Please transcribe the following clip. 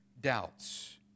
doubts